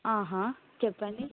ఆహా చెప్పండి